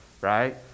right